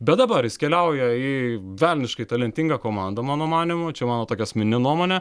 bet dabar jis keliauja į velniškai talentingą komandą mano manymu čia mano tokia asmeninė nuomonė